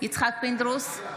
יצחק פינדרוס,